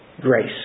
Grace